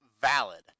valid